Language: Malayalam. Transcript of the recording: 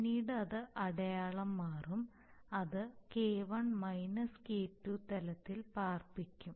പിന്നീട് അത് അടയാളം മാറും അത് K1 K2 തലത്തിൽ പാർപ്പിക്കും